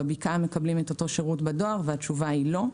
בבקעה מקבלים אותו שירות בדואר והתשובה היא לא.